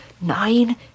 Nine